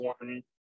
one